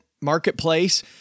marketplace